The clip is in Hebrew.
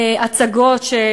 הצגות,